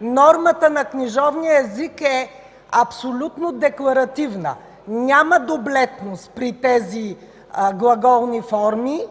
нормата на книжовния език е абсолютно декларативна: няма дублетност при тези глаголни форми,